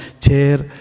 chair